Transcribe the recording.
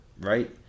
right